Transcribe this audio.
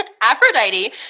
Aphrodite